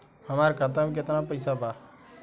हमरा खाता मे केतना पैसा बा?